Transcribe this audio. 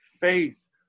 face